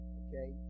okay